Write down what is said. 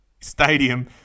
stadium